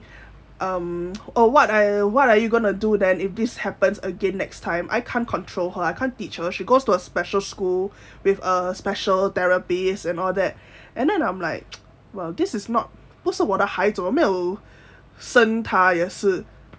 oh what are what are you going to do then if this happens again next time I can't control her I can't teach her she goes to a special school with a special therapist and all that and then I'm like well this is not 不是我的孩子我没有生他也是 so like